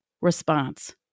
response